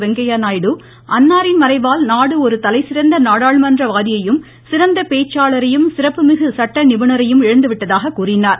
வெங்கைய நாயுடு அன்னாரின் மறைவால் நாடு ஒரு தலைசிறந்த நாடாளுமன்ற வாதியையும் சிறந்த பேச்சாளரையும் சிறப்புமிகு சட்ட நிபுணரையும் இழந்துவிட்டதாக கூறினார்